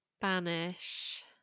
banish